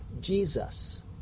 Jesus